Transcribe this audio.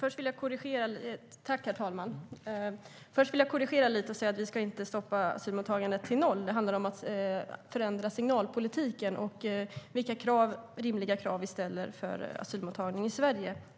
Herr talman! Först vill jag korrigera och säga att vi inte ska stoppa asylmottagandet. Det handlar om att förändra signalpolitiken och vilka rimliga krav vi ställer för asylmottagning i Sverige.